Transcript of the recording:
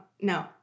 No